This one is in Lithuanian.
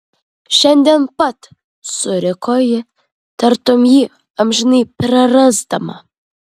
šiandien pat suriko ji tartum jį amžinai prarasdama